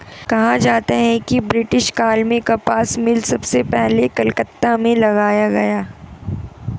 कहा जाता है कि ब्रिटिश काल में कपास मिल सबसे पहले कलकत्ता में लगाया गया